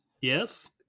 Yes